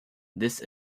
this